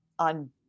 On